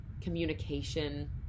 communication